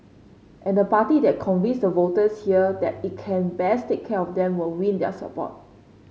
and the party that convinces the voters here that it can best take care of them will win their support